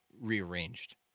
rearranged